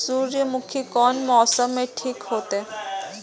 सूर्यमुखी कोन मौसम में ठीक होते?